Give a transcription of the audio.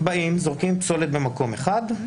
הם זורקים פסולת במקום אחד,